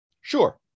Sure